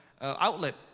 outlet